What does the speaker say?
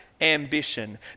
Ambition